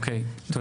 אוקיי, תודה.